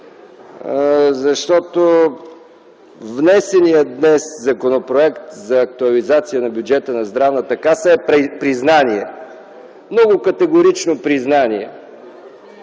защото внесеният днес Законопроект за актуализация на бюджета на Здравната каса е признание – много категорично признание,